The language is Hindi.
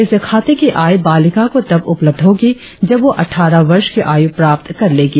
इस खाते की आय बालिका को तब उपलब्ध होगी जब वह अटठारह वर्ष की आयु प्राप्त कर लेगी